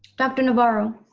dr. navarro?